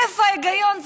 איפה ההיגיון?